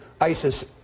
ISIS